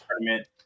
tournament